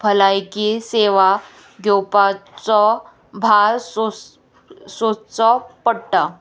भलायकी सेवा घेवपाचो भार सोस सोसचो पडटा